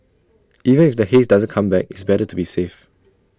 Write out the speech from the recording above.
even if the haze doesn't come back it's better to be safe